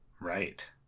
Right